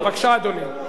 בבקשה, אדוני.